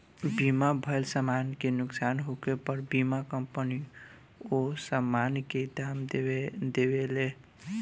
बीमा भइल समान के नुकसान होखे पर बीमा कंपनी ओ सामान के दाम देवेले